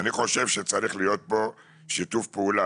אני חושב שצריך להיות כאן שיתוף פעולה